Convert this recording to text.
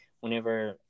whenever